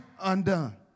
undone